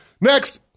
next